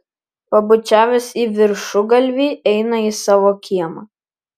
pabučiavęs į viršugalvį eina į savo kiemą